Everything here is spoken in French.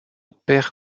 perd